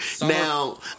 Now